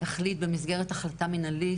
החליט במסגרת החלטה מנהלית,